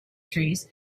trees